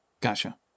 Gotcha